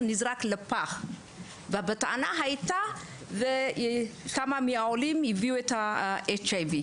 הטענה הייתה שכמה מהעולים הביאו את ה-HIV.